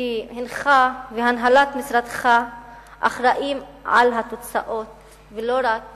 כי אתה והנהלת משרדך אחראים לתוצאות ולא רק